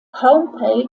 homepage